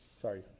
Sorry